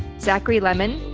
zachary lemon,